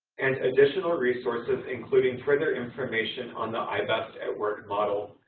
and additional resources including further information on the i-best at work model,